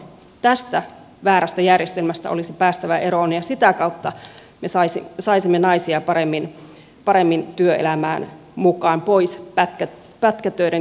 tästä väärästä järjestelmästä olisi päästävä eroon ja sitä kautta me saisimme naisia paremmin työelämään mukaan pois pätkätöiden kurimuksesta